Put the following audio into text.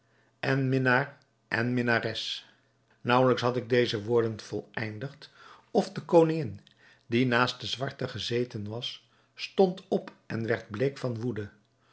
en minnaar en minnares naauwelijks had ik deze woorden voleindigd of de koningin die naast de zwarte gezeten was stond op en werd bleek van woede